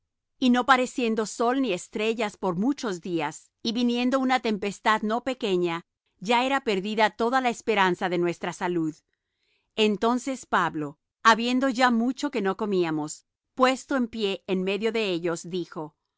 y no pareciendo sol ni estrellas por muchos días y viniendo una tempestad no pequeña ya era perdida toda la esperanza de nuestra salud entonces pablo habiendo ya mucho que no comíamos puesto en pie en medio de ellos dijo